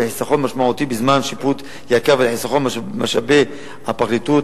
לחיסכון משמעותי בזמן שיפוטי יקר ולחיסכון במשאבי הפרקליטות,